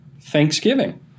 Thanksgiving